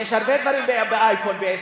יש תקיעת שופר באייפון.